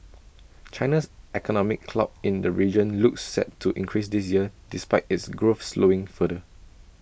China's economic clout in the region looks set to increase this year despite its growth slowing further